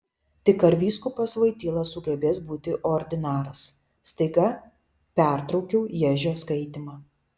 tik ar vyskupas voityla sugebės būti ordinaras staiga pertraukiau ježio skaitymą